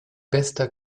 bester